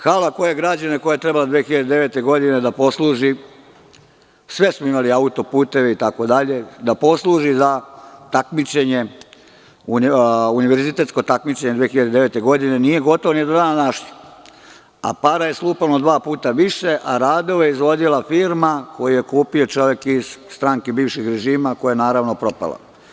Hala koja je građena, koja je trebala 2009. godine da posluži, sve smo imali auto-puteve itd. da posluži za univerzitetsko takmičenje 2009. godine, nije gotova ni do dana današnjeg, a para je slupano dva puta više, a radove je izvodila firma koju je kupio čovek iz stranke bivšeg režima, koja je naravno propala.